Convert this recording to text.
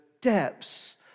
depths